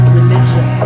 religion